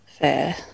fair